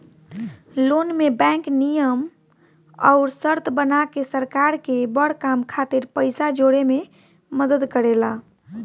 loan में bank नियम अउर शर्त बना के सरकार के बड़ काम खातिर पइसा जोड़े में मदद करेला